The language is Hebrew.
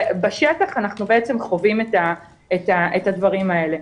בשטח אנחנו חווים את הדברים האלה.